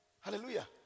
Hallelujah